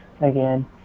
again